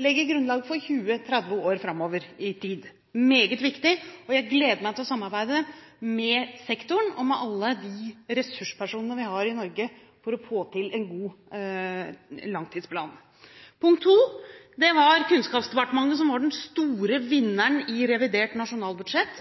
legge grunnlag for – 20, 30 år framover i tid. Det er meget viktig, og jeg gleder meg til å samarbeide med sektoren og alle ressurspersonene vi har i Norge, for å få til en god langtidsplan. Det andre er at Kunnskapsdepartementet var den store vinneren i revidert nasjonalbudsjett.